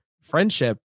friendship